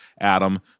Adam